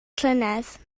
llynedd